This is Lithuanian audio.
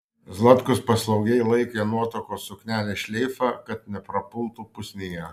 zlatkus paslaugiai laikė nuotakos suknelės šleifą kad neprapultų pusnyje